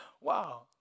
Wow